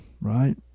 right